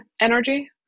energy